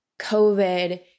COVID